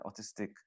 autistic